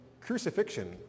crucifixion